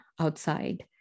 outside